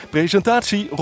Presentatie